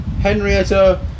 Henrietta